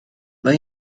mae